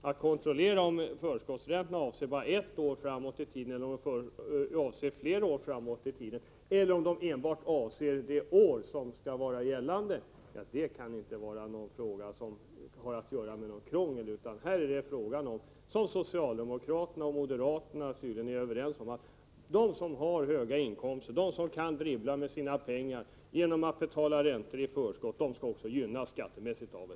Att kontrollera om förskottsräntan avser ett år eller flera år framåt i tiden, eller om den avser innevarande år kan inte vara särskilt krångligt. Vad det handlar om är att socialdemokraterna och moderaterna tydligen är överens om att de människor som har höga inkomster, de som kan dribbla med sina pengar genom att betala räntor i förskott, de skall också gynnas skattemässigt.